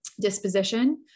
disposition